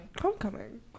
Homecoming